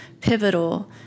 pivotal